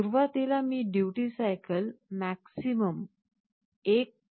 सुरुवातीला मी duty cycle maximum 1